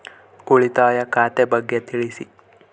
ಉಳಿತಾಯ ಖಾತೆ ಬಗ್ಗೆ ತಿಳಿಸಿ?